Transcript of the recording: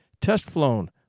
test-flown